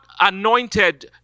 anointed